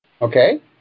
Okay